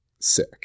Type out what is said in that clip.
sick